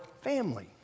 family